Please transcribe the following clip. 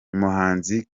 umuhanzi